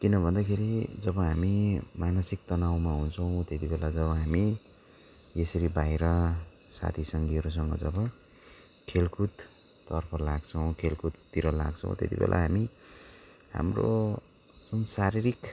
किनभन्दाखेरि जब हामी मानसिक तनावमा हुन्छौँ त्यति बेला जब हामी यसरी बाहिर साथी सङ्गीहरूसँग जब खेलकुदतर्फ लाग्छौँ खेलकुदतिर लाग्छौँ त्यतिबेला हामी हाम्रो जुन शारीरिक